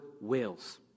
wills